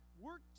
work